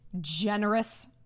generous